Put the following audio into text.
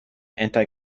anti